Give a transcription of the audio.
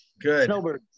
good